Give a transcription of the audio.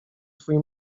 twój